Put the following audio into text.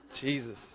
Jesus